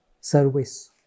Service